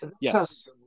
Yes